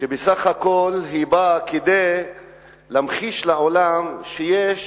שבסך הכול היא באה כדי להמחיש לעולם שיש